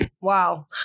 Wow